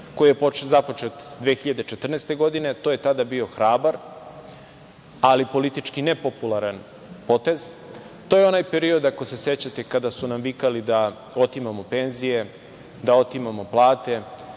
koji je započet 2014. godine, a to je tada bio hrabar, ali politički nepopularan potez. To je onaj period ako se sećate kada su nam vikali da otimamo penzije, da otimamo plate,